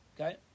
Okay